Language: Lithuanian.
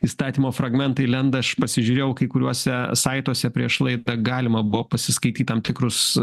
įstatymo fragmentai lenda aš pasižiūrėjau kai kuriuose saituose prieš laidą galima buvo pasiskaityt tam tikrus